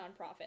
nonprofit